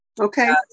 okay